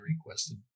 requested